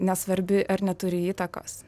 nesvarbi ar neturi įtakos